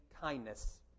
kindness